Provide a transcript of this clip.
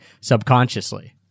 subconsciously